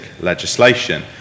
legislation